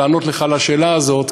לענות לך על השאלה הזאת,